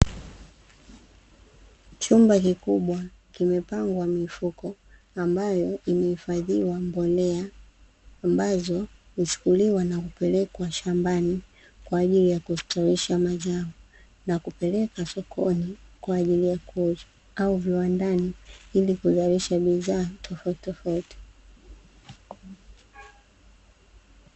Chumba kikubwa kimepangwa mifuko ambayo imehifadhiwa mbolea ambazo huchukuliwa na kupelekwa shambani kwa ajili ya kustawisha mazao, na kupelekwa sokoni kwa ajili ya kuuzwa au viwandani ili kuzalisha bidhaa tofautitofauti.